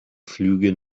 flüge